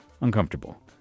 uncomfortable